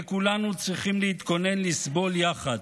וכולנו צריכים להתכונן לסבול יחד.